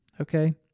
Okay